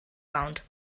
bound